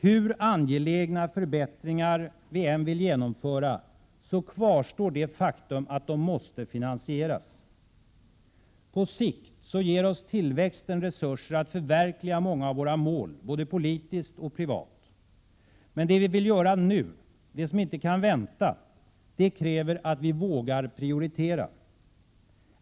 Hur angelägna förbättringar vi än vill genomföra så kvarstår det faktum att de måste finansieras. På sikt ger oss tillväxten resurser att förverkliga många av våra mål, både politiskt och privat. Men det vi vill göra nu, det som inte kan vänta, kräver att vi vågar prioritera.